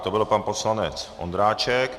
To byl pan poslanec Ondráček.